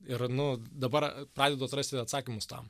ir nu dabar pradedu atrasti atsakymus tam